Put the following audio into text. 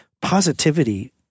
positivity